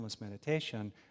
meditation